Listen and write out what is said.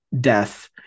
death